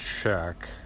check